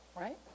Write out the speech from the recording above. right